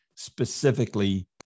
Specifically